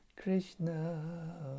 Krishna